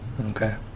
okay